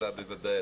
אתה בוודאי,